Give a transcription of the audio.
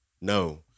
no